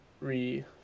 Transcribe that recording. re